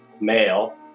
male